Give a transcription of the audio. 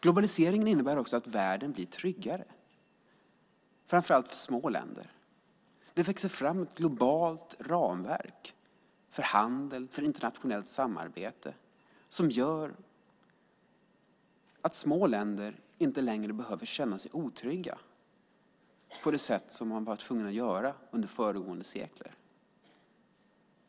Globalisering innebär också att världen blir tryggare, framför allt för små länder. Det växer fram ett globalt ramverk för handel och för internationellt samarbete som gör att små länder inte längre behöver känna sig otrygga på det sätt som de har varit tvungna att göra under föregående sekler.